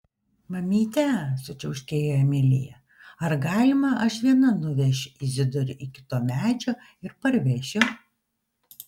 mamyte sučiauškėjo emilija ar galima aš viena nuvešiu izidorių iki to medžio ir parvešiu